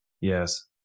yes